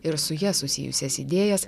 ir su ja susijusias idėjas